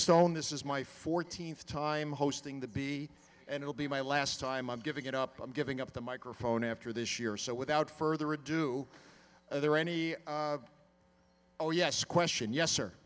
stone this is my fourteenth time hosting the bee and will be my last time i'm giving it up i'm giving up the microphone after this year so without further ado there any oh yes question yes